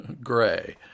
Gray